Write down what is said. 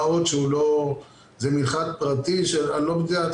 מה עוד שזה מנחת פרטי שאני לא יודע עד